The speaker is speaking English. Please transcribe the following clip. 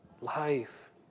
Life